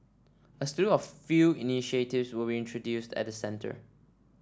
a slew of few initiatives will be introduced at the centre